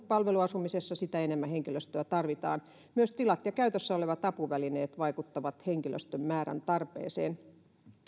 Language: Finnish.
palveluasumisessa sitä enemmän henkilöstöä tarvitaan myös tilat ja käytössä olevat apuvälineet vaikuttavat henkilöstön määrän tarpeeseen